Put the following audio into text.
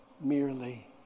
merely